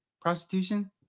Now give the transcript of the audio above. prostitution